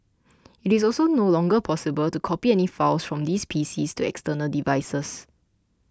it is also no longer possible to copy any files from these PCs to external devices